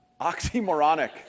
Oxymoronic